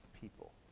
people